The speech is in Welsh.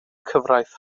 cyfraith